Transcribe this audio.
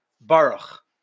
Baruch